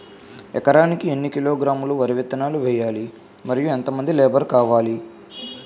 ఎకరానికి ఎన్ని కిలోగ్రాములు వరి విత్తనాలు వేయాలి? మరియు ఎంత మంది లేబర్ కావాలి?